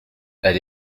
elle